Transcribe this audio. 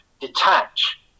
detach